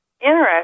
interesting